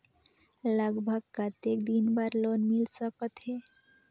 लगभग कतेक दिन बार लोन मिल सकत हे?